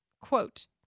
Quote